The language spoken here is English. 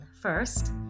First